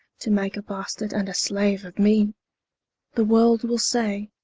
to make a bastard, and a slaue of me the world will say,